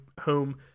home